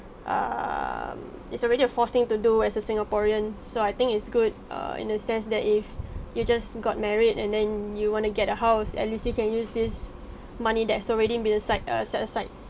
um it's already a forced thing to do as a singaporean so I think it's good err in a sense that if you just got married and then you want to get a house at least you can use this money that's already been aside err set aside